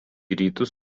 rytus